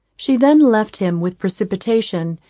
she then left him with precipitation,